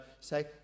say